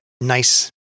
nice